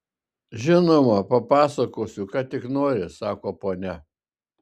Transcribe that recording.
žinoma papasakosiu ką tik nori sako ponia